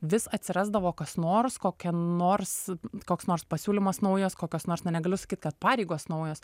vis atsirasdavo kas nors kokia nors koks nors pasiūlymas naujas kokios nors na negaliu sakyt kad pareigos naujos